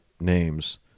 names